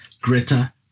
Greta